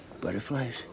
Butterflies